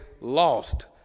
lost